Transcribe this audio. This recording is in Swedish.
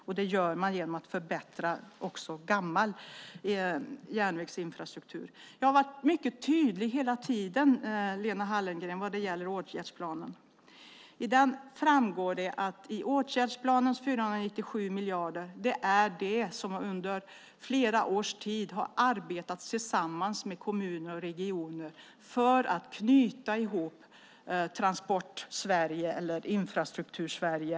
Det gör man också genom att förbättra gammal järnvägsinfrastruktur. Jag har varit mycket tydlig hela tiden, Lena Hallengren, vad det gäller åtgärdsplanen. Det framgår att åtgärdsplanens 497 miljarder är det som under flera års tid har arbetats fram tillsammans med kommuner och regioner för att man ska kunna knyta ihop Infrastruktursverige.